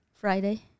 Friday